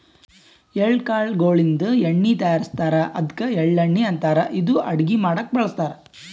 ಎಳ್ಳ ಕಾಳ್ ಗೋಳಿನ್ದ ಎಣ್ಣಿ ತಯಾರಿಸ್ತಾರ್ ಅದ್ಕ ಎಳ್ಳಣ್ಣಿ ಅಂತಾರ್ ಇದು ಅಡಗಿ ಮಾಡಕ್ಕ್ ಬಳಸ್ತಾರ್